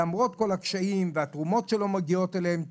למרות הקשיים והתרומות שלא תמיד מגיעות אליהם.